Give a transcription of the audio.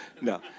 No